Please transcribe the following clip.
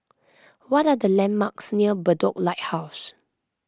what are the landmarks near Bedok Lighthouse